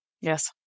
Yes